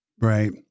Right